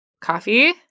coffee